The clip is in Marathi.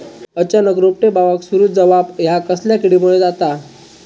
अचानक रोपटे बावाक सुरू जवाप हया कसल्या किडीमुळे जाता?